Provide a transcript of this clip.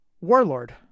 Warlord